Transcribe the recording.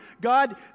God